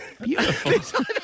beautiful